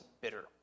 bitter